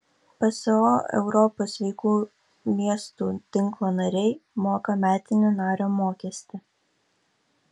pso europos sveikų miestų tinklo nariai moka metinį nario mokestį